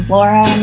Laura